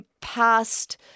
past